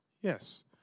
Yes